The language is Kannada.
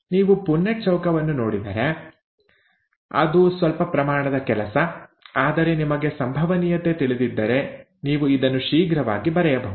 ನೀವು ಪುನ್ನೆಟ್ಟ್ ಚೌಕವನ್ನು ನೋಡಿದರೆ ಅದು ಸ್ವಲ್ಪ ಪ್ರಮಾಣದ ಕೆಲಸ ಆದರೆ ನಿಮಗೆ ಸಂಭವನೀಯತೆ ತಿಳಿದಿದ್ದರೆ ನೀವು ಇದನ್ನು ಶೀಘ್ರವಾಗಿ ಬರೆಯಬಹುದು